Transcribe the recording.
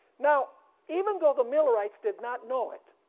now even though the millerites did not know it,